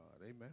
Amen